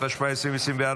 התשפ"ד 2024,